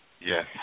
Yes